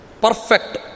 Perfect